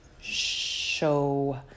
show